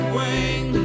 wing